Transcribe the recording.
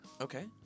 Okay